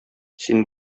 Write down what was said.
син